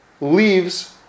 leaves